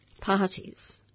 parties